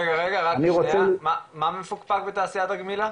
רגע, מה מפוקפק בתעשיית הגמילה?